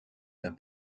d’un